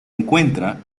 encuentra